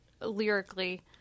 lyrically